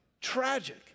Tragic